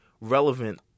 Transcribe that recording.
relevant